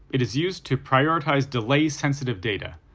it is used to prioritize delay-sensitive data,